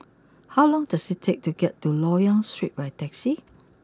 how long does it take to get to Loyang Street by taxi